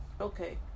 Okay